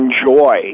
enjoy